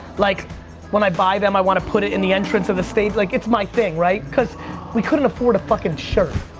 like when i buy them, i want to put it in the entrance of the stage, like, it's my thing right? cause we couldn't afford a fucking shirt.